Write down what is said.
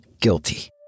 guilty